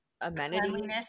amenities